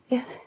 Yes